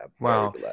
wow